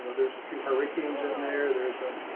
you know there's a few hurricanes in there, there's a